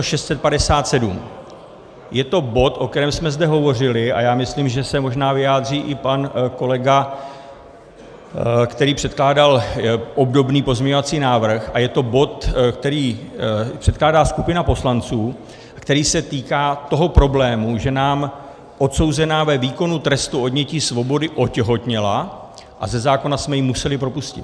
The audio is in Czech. Je to bod, o kterém jsme zde hovořili, a já myslím, že se možná vyjádří i pan kolega, který předkládal obdobný pozměňovací návrh, a je to bod, který předkládá skupina poslanců, který se týká toho problému, že nám odsouzená ve výkonu trestu odnětí svobody otěhotněla a ze zákona jsme ji museli propustit.